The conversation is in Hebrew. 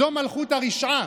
זו מלכות הרשעה.